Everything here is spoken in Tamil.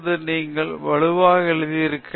நீங்கள் வலுவாக எழுந்திருக்கலாம்